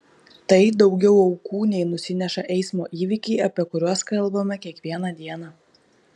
tai daugiau aukų nei nusineša eismo įvykiai apie kuriuos kalbame kiekvieną dieną